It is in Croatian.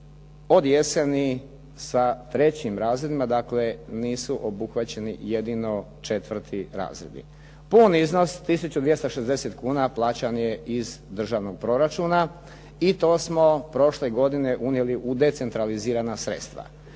od jeseni sa trećim razredima, dakle nisu obuhvaćeni jedino četvrti razredi. Pun iznos, 1260 kuna plaćan je iz državnog proračuna i to smo prošle godine unijeli u decentralizirana sredstva.